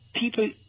people